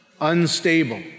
Unstable